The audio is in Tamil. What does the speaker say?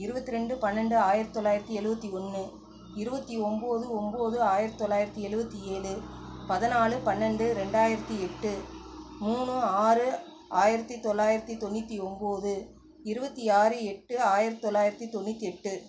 இருபத்தி ரெண்டு பன்னெண்டு ஆயிரத்து தொள்ளாயிரத்து எழுவத்தி ஒன்று இருபத்தி ஒம்பது ஒம்பது ஆயிரத்து தொள்ளாயிரத்து எழுவத்தி ஏழு பதினாலு பன்னெண்டு ரெண்டாயிரத்து எட்டு மூணு ஆறு ஆயிரத்து தொள்ளாயிரத்து தொண்ணூற்றி ஒம்பது இருபத்தி ஆறு எட்டு ஆயிரத்து தொள்ளாயிரத்து தொண்ணூற்றி எட்டு